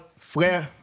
Frère